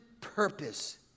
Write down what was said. purpose